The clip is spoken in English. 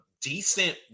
decent